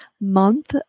month